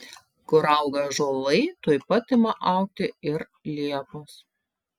kur auga ąžuolai tuoj pat ima augti ir liepos